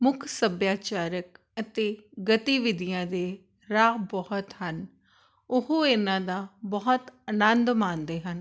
ਮੁੱਖ ਸੱਭਿਆਚਾਰਕ ਅਤੇ ਗਤੀਵਿਧੀਆਂ ਦੇ ਰਾਹ ਬਹੁਤ ਹਨ ਉਹ ਇਹਨਾਂ ਦਾ ਬਹੁਤ ਆਨੰਦ ਮਾਣਦੇ ਹਨ